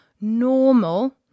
normal